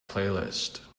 playlist